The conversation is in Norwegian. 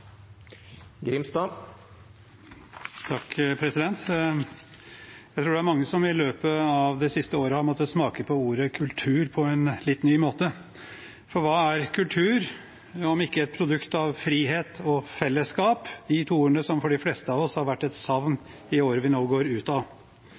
mange som i løpet av det siste året har måttet smake på ordet kultur på en litt ny måte. For hva er kultur om ikke et produkt av frihet og fellesskap – de to ordene som for de fleste av oss har vært et savn